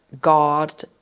God